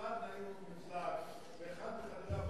משרד נעים וממוזג באחד מחדרי הבית,